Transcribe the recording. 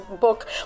book